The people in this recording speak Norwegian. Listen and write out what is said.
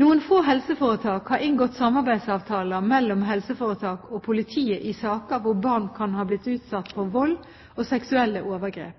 Noen få helseforetak har inngått samarbeidsavtaler mellom helseforetak og politiet i saker hvor barn kan ha blitt utsatt for vold og seksuelle overgrep.